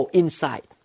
inside